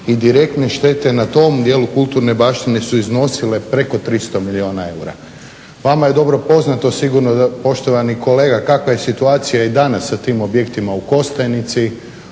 indirektne štete na tom dijelu kulturne baštine su iznosile preko 300 milijuna eura. Vama je dobro poznato sigurno poštovani kolega kakva je situacija i danas sa tim objektima u Kostajnici,